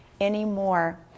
anymore